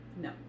No